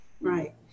Right